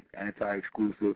anti-exclusive